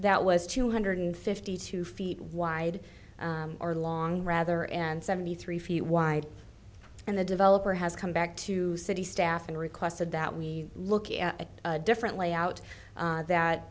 that was two hundred fifty two feet wide are long rather and seventy three feet wide and the developer has come back to city staff and requested that we look at a different layout that